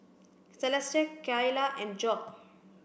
Celeste Kylah and Jobe